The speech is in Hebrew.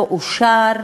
לא אושר,